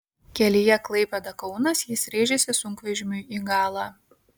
kelyje klaipėda kaunas jis rėžėsi sunkvežimiui į galą